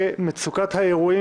ההצעה לסדר-היום בנושא מצוקת האירועים